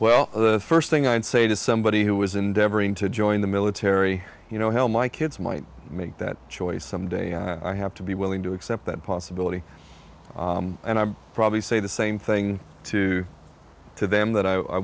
well earth first thing i'd say to somebody who was endeavoring to join the military you know hell my kids might make that choice someday i have to be willing to accept that possibility and i probably say the same thing to to them that i